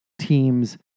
teams